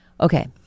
okay